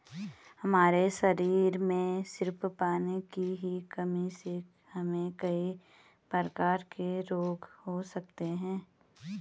हमारे शरीर में सिर्फ पानी की ही कमी से हमे कई प्रकार के रोग हो सकते है